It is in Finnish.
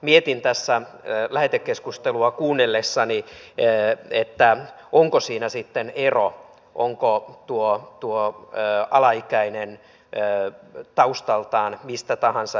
mietin tässä lähetekeskustelua kuunnellessani onko siinä sitten ero onko tuo alaikäinen taustaltaan mistä tahansa